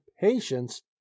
patience